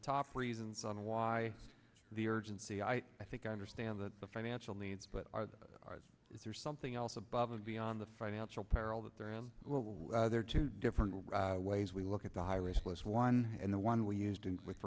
top reasons on why the urgency i i think i understand the financial needs but is there something else above and beyond the financial peril that there are some there are two different ways we look at the high risk list one and the one we used with